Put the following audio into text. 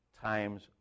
times